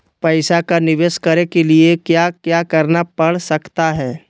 पैसा का निवेस करने के लिए क्या क्या करना पड़ सकता है?